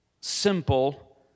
simple